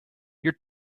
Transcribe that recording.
your